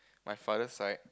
my father side